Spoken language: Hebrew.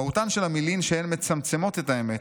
"מהותן של המילים שהן מצמצמות את האמת,